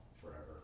Forever